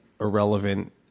irrelevant